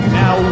now